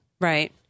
Right